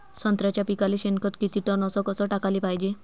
संत्र्याच्या पिकाले शेनखत किती टन अस कस टाकाले पायजे?